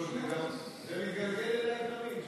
ההצעה להעביר את